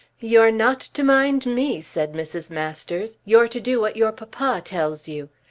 you're not to mind me, said mrs. masters. you're to do what your papa tells you.